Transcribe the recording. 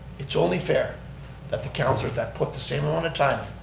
it's only fair that the councilor that put the same amount of time,